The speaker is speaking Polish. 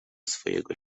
swojego